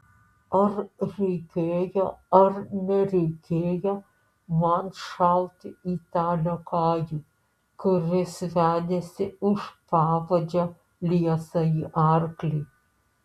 ar reikėjo ar nereikėjo man šauti į tą liokajų kuris vedėsi už pavadžio liesąjį arklį